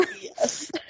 Yes